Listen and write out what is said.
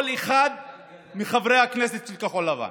כל אחד מחברי הכנסת של כחול לבן,